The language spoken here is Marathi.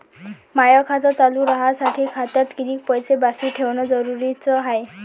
माय खातं चालू राहासाठी खात्यात कितीक पैसे बाकी ठेवणं जरुरीच हाय?